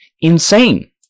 insane